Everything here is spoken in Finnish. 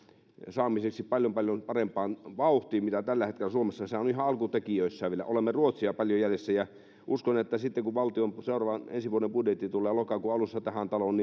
saamiseksi paljon paljon parempaan vauhtiin kuin on tällä hetkellä suomessa sehän on ihan alkutekijöissään vielä olemme ruotsia paljon jäljessä uskon ja toivon että sitten kun valtion seuraava ensi vuoden budjetti tulee lokakuun alussa tähän taloon